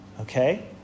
Okay